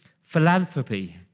philanthropy